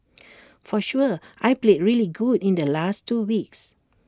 for sure I played really good in the last two weeks